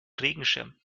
regenschirm